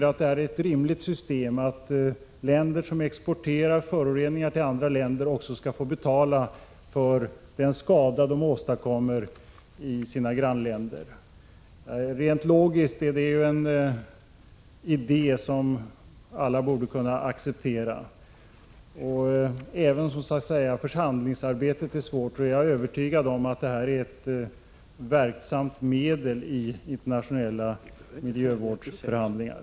Att de länder som exporterar föroreningar till andra länder rimligen också skall få betala för de skador de åstadkommer i sina grannländer är rent logiskt en idé som alla borde kunna acceptera. Även om förhandlingsarbetet är svårt, är jag övertygad om att det är ett verksamt medel i internationella miljövårdsförhandlingar.